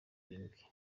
irindwi